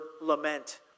lament